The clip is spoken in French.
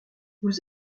vous